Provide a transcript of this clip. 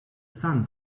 sun